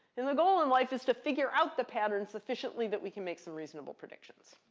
and the goal in life is to figure out the pattern sufficiently that we can make some reasonable predictions.